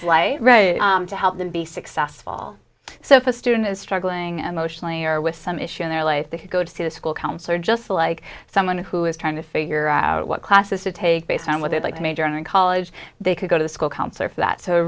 life to help them be successful so if a student is struggling emotionally or with some issue in their life they could go to a school counselor just like someone who is trying to figure out what classes to take based on what they'd like to major in college they could go to a school counselor for that so